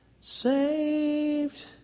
saved